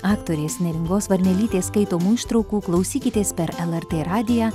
aktorės neringos varnelytės skaitomų ištraukų klausykitės per lrt radiją